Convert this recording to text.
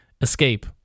escape